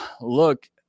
look